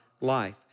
life